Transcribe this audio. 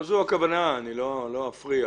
זו הכוונה ואני לא מתכוון להפריע,